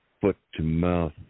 foot-to-mouth